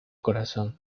corazón